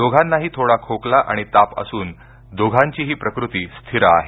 दोघानाही थोडा खोकला आणि ताप असून दोघांचीही प्रकृती स्थिर आहे